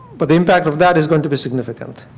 but the impact of that is going to be significant.